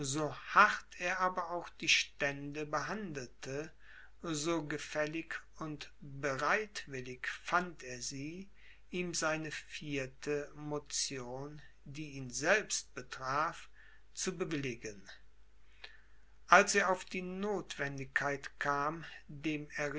so hart er aber auch die stände behandelte so gefällig und bereitwillig fand er sie ihm seine vierte motion die ihn selbst betraf zu bewilligen als er auf die notwendigkeit kam